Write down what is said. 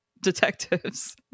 detectives